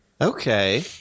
Okay